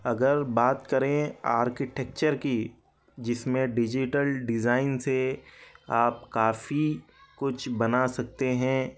اگر بات کریں آرکیٹیکچر کی جس میں ڈیجیٹل ڈیزائن سے آپ کافی کچھ بنا سکتے ہیں